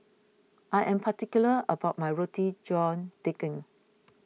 I am particular about my Roti John Daging